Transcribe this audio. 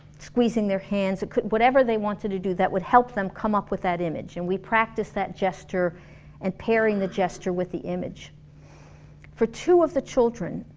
squeezing their hands, it could be whatever they wanted to do that would help them come up with that image and we practiced that gesture and pairing the gesture with the image for two of the children,